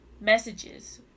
Messages